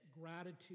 gratitude